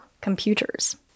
computers